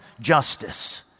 justice